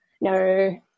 No